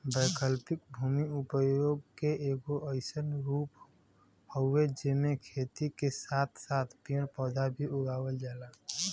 वैकल्पिक भूमि उपयोग के एगो अइसन रूप हउवे जेमे खेती के साथ साथ पेड़ पौधा भी उगावल जाला